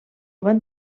van